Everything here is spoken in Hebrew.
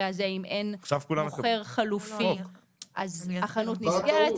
הזה אם אין מוכר חלופי אז החנות נסגרת,